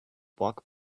walk